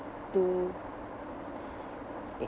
to it